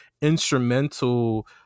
instrumental